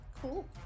Cool